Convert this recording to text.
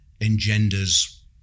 engenders